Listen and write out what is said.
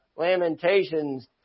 Lamentations